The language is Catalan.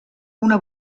una